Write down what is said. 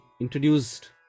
introduced